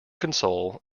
console